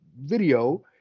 video